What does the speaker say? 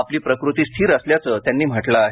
आपली प्रकृती स्थिर असल्याचे त्यांनी म्हटलं आहे